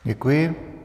Děkuji.